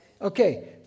Okay